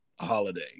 holiday